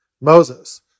Moses